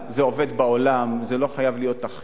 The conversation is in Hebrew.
זה עובד בעולם, זה לא חייב להיות אחיד.